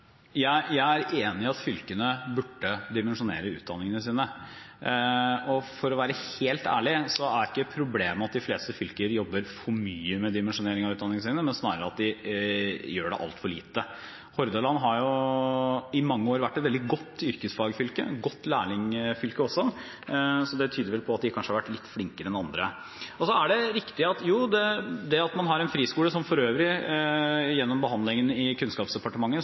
Jeg er enig i at fylkene burde dimensjonere utdanningene sine. Og for å være helt ærlig er ikke problemet at de fleste fylker jobber for mye med dimensjonering av utdanningene sine, men snarere at de gjør det altfor lite. Hordaland har i mange år vært et veldig godt yrkesfagfylke, et godt lærlingfylke også, så det tyder vel på at de kanskje har vært litt flinkere enn andre. Gjennom behandlingen i Kunnskapsdepartementet ble antallet godkjente plasser trukket ned, nettopp fordi fylket hadde innvendinger. Men verken i denne eller i